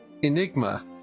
Enigma